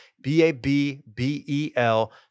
B-A-B-B-E-L